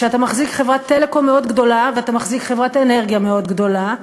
כשאתה מחזיק חברת טלקום מאוד גדולה ואתה מחזיק חברת אנרגיה מאוד גדולה,